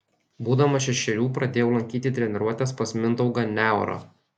būdamas šešerių pradėjau lankyti treniruotes pas mindaugą neorą